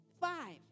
five